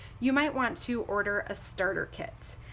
you might want to order a starter kit.